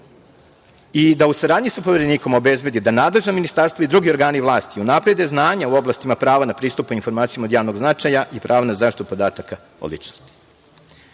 i da u saradnji sa Poverenikom obezbedi da nadležna ministarstva i drugi organi vlasti unaprede znanja u oblastima prava na pristupe informacijama od javnog značaja i prava na zaštitu podataka o